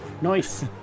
Nice